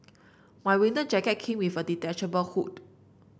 my winter jacket came with a detachable hood